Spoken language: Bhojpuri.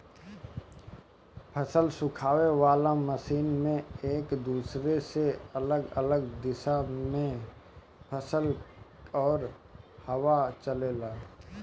फसल सुखावे वाला मशीन में एक दूसरे से अलग अलग दिशा में फसल और हवा चलेला